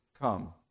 come